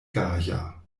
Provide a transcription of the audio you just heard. gaja